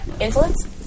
Influence